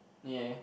ya